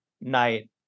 night